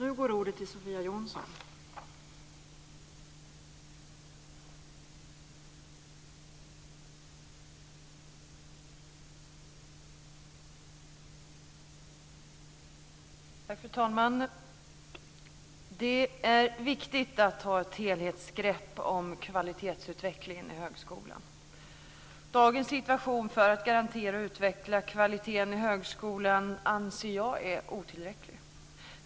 Fru talman! Det är viktigt att ta ett helhetsgrepp om kvalitetsutvecklingen i högskolan. Dagens situation för att garantera och utveckla kvaliteten i högskolan anser jag är otillfredsställande.